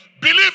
Believe